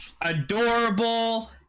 adorable